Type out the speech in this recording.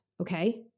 Okay